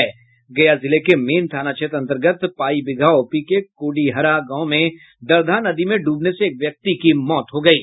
गया जिले के मेन थाना क्षेत्र अन्तर्गत पाईबिगहा ओपी के कोडिहरा गांव में दरधा नदी में डूबने से एक व्यक्ति की मौत हो गयी